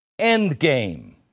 endgame